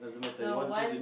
so one